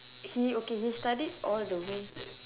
he okay he studied all the way